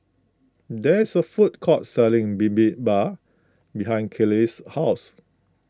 there is a food court selling Bibimbap behind Kiley's house